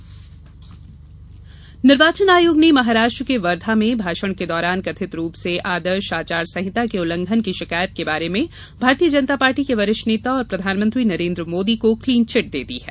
चुनाव आयोग मोदी निर्वाचन आयोग ने महाराष्ट्र के वर्धा में भाषण के दौरान कथित रूप से आदर्श आचार संहिता के उल्लंघन की शिकायत के बारे में भारतीय जनता पार्टी के वरिष्ठ नेता और प्रधानमंत्री नरेन्द्र मोदी को क्लीन चिट दे दी है